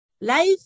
Life